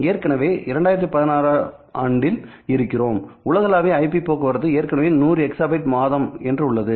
நாம் ஏற்கனவே 2016 ஆம் ஆண்டில் இருக்கிறோம் உலகளாவிய ஐபி போக்குவரத்து ஏற்கனவே 100 எக்சாபைட்டுகள் மாதம் என்று உள்ளது